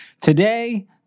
today